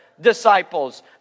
disciples